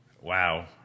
Wow